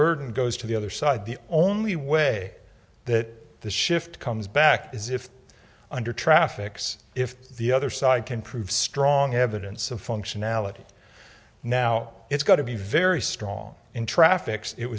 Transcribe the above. burden goes to the other side the only way that the shift comes back is if under traffics if the other side can prove strong evidence of functionality now it's got to be very strong in traffics it